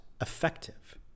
effective